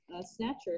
snatcher